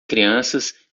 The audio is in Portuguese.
crianças